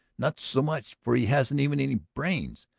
not so much, for he hasn't even any brains!